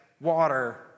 water